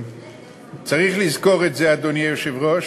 צריך לזכור את זה, אדוני היושב-ראש.